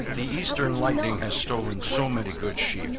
the eastern lightning has stolen so many good sheep.